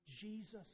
Jesus